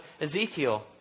Ezekiel